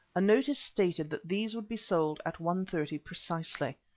a notice stated that these would be sold at one-thirty precisely.